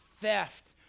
theft